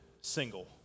single